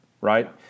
right